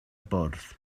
bwrdd